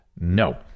No